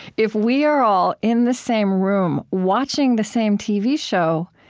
if we are all in the same room, watching the same tv show,